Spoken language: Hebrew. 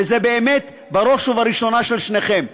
וזה באמת בראש ובראשונה של שניכם.